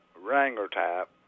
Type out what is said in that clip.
Wrangler-type